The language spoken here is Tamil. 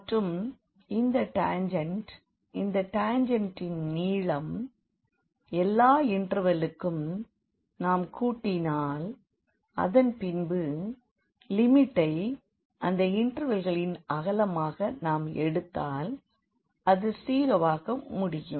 மற்றும் இந்த டாஞ்ஜெண்ட் இந்த டாஞ்ஜெண்ட்டின் நீளம் எல்லா இண்டெர்வெல்லுக்கும் நாம் கூட்டினால் அதன்பின்பு லிமிட்டை இந்த இண்டெர்வெல்களின் அகலமாக நாம் எடுத்தால் அது 0 வாக முடியும்